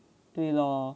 对 lor